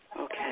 Okay